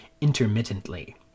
intermittently